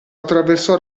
attraversò